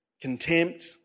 contempt